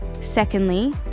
Secondly